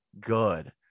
good